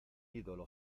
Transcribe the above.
ídolo